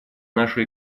наши